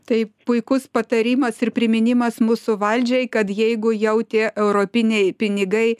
tai puikus patarimas ir priminimas mūsų valdžiai kad jeigu jau tie europiniai pinigai